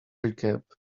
recap